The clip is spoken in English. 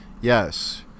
Yes